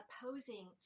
opposing